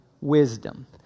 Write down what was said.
wisdom